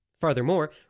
Furthermore